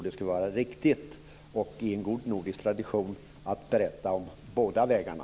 Det skulle vara riktigt och i en god nordisk tradition att berätta om båda vägarna.